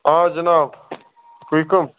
آ جِناب تُہۍ کٕم